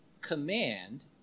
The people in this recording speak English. command